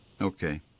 Okay